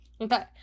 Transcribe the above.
okay